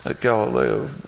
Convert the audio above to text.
galileo